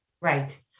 right